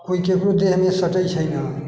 केओ ककरो देहमे सटैत छै नहि